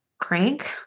crank